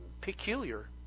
peculiar